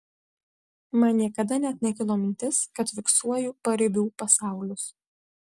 man niekada net nekilo mintis kad fiksuoju paribių pasaulius